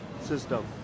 system